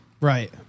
Right